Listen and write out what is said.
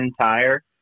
Tire